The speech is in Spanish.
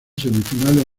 semifinales